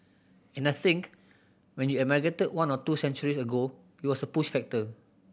and I think when you emigrated one or two centuries ago it was a push factor